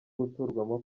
guturwamo